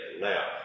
Now